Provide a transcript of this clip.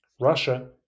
russia